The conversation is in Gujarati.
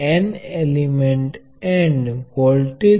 જેનો આપણને ખ્યાલ છે જે સર્કિટ ડિઝાઇન માં ઉપયોગી છે